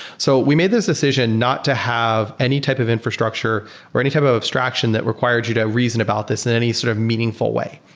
so we made this decision not to have any type of infrastructure or any type of abstraction that required you to reason about this in any sort of meaningful way.